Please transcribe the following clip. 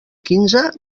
quinze